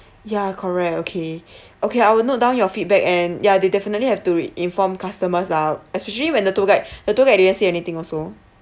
yeah correct okay okay ah I'll note down your feedback and yeah they definitely have to re~ inform customers lah especially when the tour guide the tour guide didn't say anything also